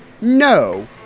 no